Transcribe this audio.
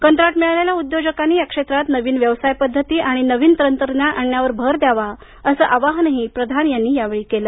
कंत्राट मिळालेल्या उद्योजकांनी या क्षेत्रात नवीन व्यवसाय पद्धती आणि नवीन तंत्रज्ञान आणण्यावर भर द्यावा असं आवाहनही प्रधान यांनी या वेळी केल